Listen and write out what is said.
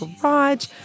garage